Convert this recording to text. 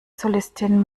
solistin